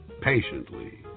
patiently